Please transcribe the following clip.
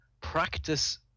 practice